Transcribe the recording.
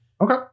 okay